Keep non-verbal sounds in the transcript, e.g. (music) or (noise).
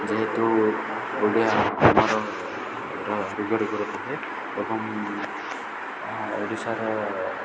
ଯେହେତୁ ଓଡ଼ିଆ ଆମର (unintelligible) ଏବଂ ଓଡ଼ିଶାର